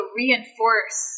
reinforce